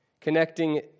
Connecting